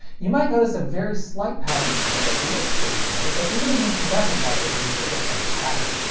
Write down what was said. you might notice a very slight pattern in there that looks stationary, but even an incandescent light will produce such a faint pattern.